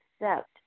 accept